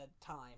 time